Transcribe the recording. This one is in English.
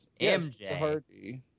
MJ